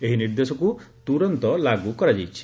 ଏହି ନିର୍ଦ୍ଦେଶକୁ ତୁରନ୍ତ ଲାଗୁ କରାଯାଇଛି